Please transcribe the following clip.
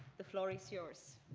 the floor is yours.